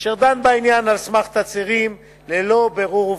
אשר דן בעניין על סמך תצהירים ללא בירור עובדתי.